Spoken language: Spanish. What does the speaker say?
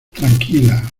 tranquila